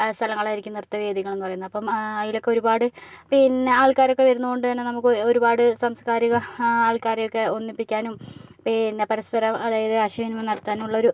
സ്ഥലങ്ങളായിരിക്കും നൃത്ത വേദികളെന്നു പറയുന്നത് അപ്പം അതിലൊക്കെ ഒരുപാട് പിന്നെ ആൾക്കാരൊക്കെ വരുന്നത് കൊണ്ടുതന്നെ ഒരുപാട് സാംസ്കാരിക ആൾക്കാരെയൊക്കെ ഒന്നിപ്പിക്കാനും പിന്നെ പരസ്പരം അതായത് ആശയവിനിമയം നടത്താനുള്ളൊരു